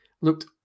looked